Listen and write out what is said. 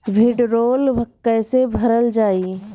भीडरौल कैसे भरल जाइ?